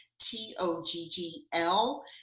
T-O-G-G-L